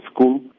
school